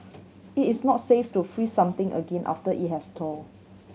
it is not safe to freeze something again after it has thawed